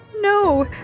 No